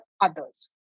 others